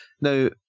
Now